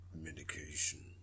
medication